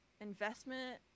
investment